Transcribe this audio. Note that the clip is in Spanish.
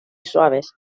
suaves